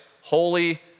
holy